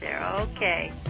Okay